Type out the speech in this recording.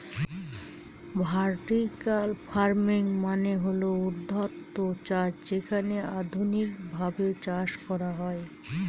vertical farming মানে হল ঊর্ধ্বাধ চাষ যেখানে আধুনিকভাবে চাষ করা হয়